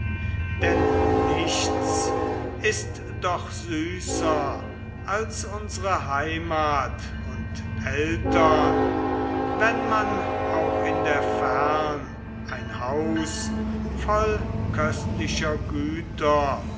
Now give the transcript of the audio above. denn nichts ist doch süßer als unsere heimat und eltern wenn man auch in der fern ein haus voll köstlicher güter